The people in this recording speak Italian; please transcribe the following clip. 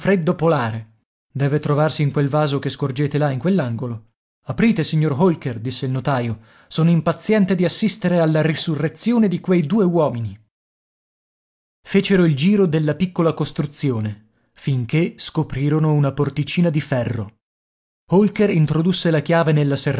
polare deve trovarsi in quel vaso che scorgete là in quell'angolo aprite signor holker disse il notaio sono impaziente di assistere alla risurrezione di quei due uomini fecero il giro della piccola costruzione finché scoprirono una porticina di ferro holker introdusse la chiave nella